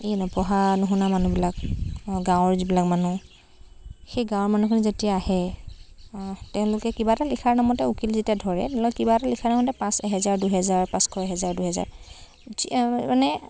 এই নপঢ়া নুশুনা মানুহবিলাক গাঁৱৰ যিবিলাক মানুহ সেই গাঁৱৰ মানুহখিনি যেতিয়া আহে তেওঁলোকে কিবা এটা লিখাৰ নামতে উকিল যেতিয়া ধৰে তেওঁলোকে কিবা এটা লিখাৰ নামতে পাঁচ এহেজাৰ দুহেজাৰ পাঁচশ এহেজাৰ দুহেজাৰ যি মানে